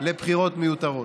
לבחירות מיותרות.